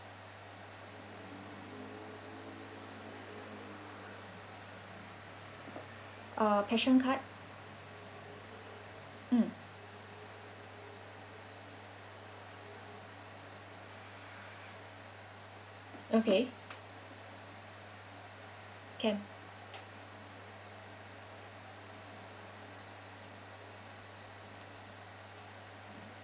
uh passion card mm okay can